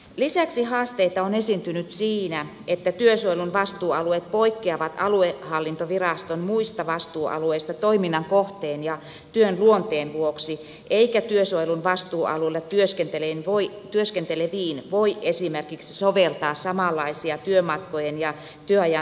lisäksi haasteita on esiintynyt siinä että työsuojelun vastuualueet poikkeavat aluehallintoviraston muista vastuualueista toiminnan kohteen ja työn luonteen vuoksi eikä työsuojelun vastuualueilla työskenteleviin voi esimerkiksi soveltaa samanlaisia työmatkojen ja työajan seurannan käytäntöjä